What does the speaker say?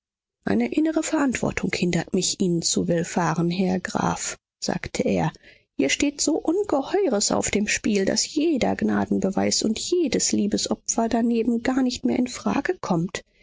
eine innere verantwortung hindert mich ihnen zu willfahren herr graf sagte er hier steht so ungeheures auf dem spiel daß jeder gnadenbeweis und jedes liebesopfer daneben gar nicht mehr in frage kommt